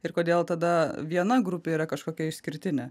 ir kodėl tada viena grupė yra kažkokia išskirtinė